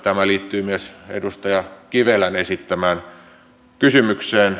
tämä liittyy myös edustaja kivelän esittämään kysymykseen